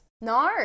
No